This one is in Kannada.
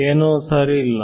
ಏನೋ ಸರಿ ಇಲ್ಲ